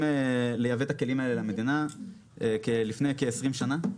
הראשונים לייבא את איירסופט למדינה לפני כ-20 שנה.